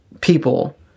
people